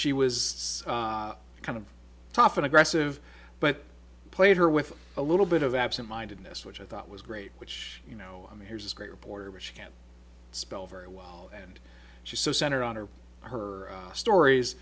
she was kind of tough and aggressive but played her with a little bit of absentmindedness which i thought was great which you know i mean here's a great reporter but she can't spell very well and she's so center on or her stories